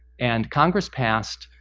and congress passed